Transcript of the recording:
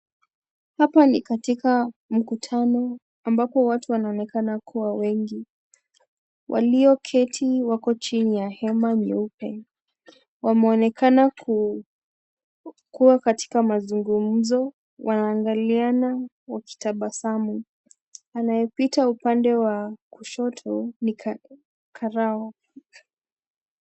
Hapa ni katika mkutano ambapo watu wanaonekana kuwa wengi. Walioketi wako chini ya hema nyeupe. Wameonekana kuwa katika mazungumzo wanaangaliana wakitabasamu, anayepita upande wa kushoto ni [karau].